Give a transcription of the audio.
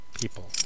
People